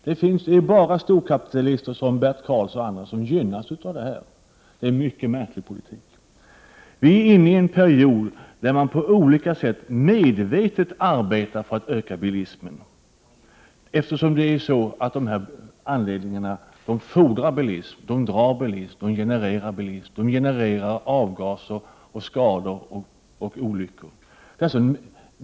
Det är bara storkapitalister som Bert Karlsson och andra som gynnas av detta. Det är en mycket märklig politik. Vi är inne i en period där man på olika sätt medvetet arbetar för att öka bilismen. Dessa anläggningar fordrar bilism, drar bilism och genererar bilism. De genererar avgaser, skador och olyckor.